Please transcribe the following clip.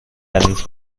ends